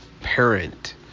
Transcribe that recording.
parent